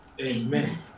Amen